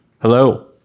Hello